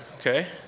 okay